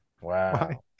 Wow